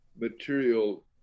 material